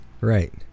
Right